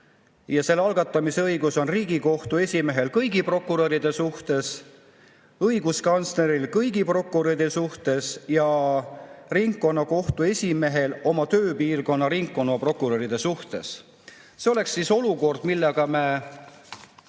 ja selle algatamise õigus on Riigikohtu esimehel kõigi prokuröride suhtes, õiguskantsleril kõigi prokuröride suhtes ja ringkonnakohtu esimehel oma tööpiirkonna ringkonnaprokuröride suhtes. See oleks [muudatus], millega me